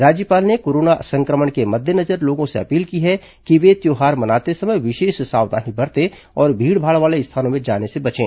राज्यपाल ने कोरोना संक्रमण के मद्देनजर लोगों से अपील की है कि वे त्यौहार मनाते समय विशेष सावधानी बरतें और भीड़भाड़ वाले स्थानों में जाने से बचें